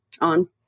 on